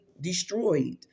destroyed